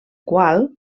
qual